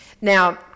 Now